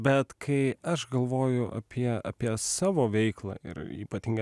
bet kai aš galvoju apie apie savo veiklą ir ypatingai